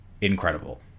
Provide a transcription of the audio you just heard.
incredible